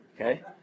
okay